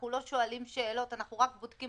אנחנו לא שואלים שאלות, אנחנו רק בודקים